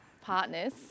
partners